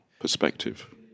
perspective